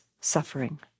suffering